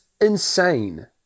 insane